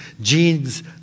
genes